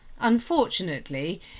Unfortunately